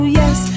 yes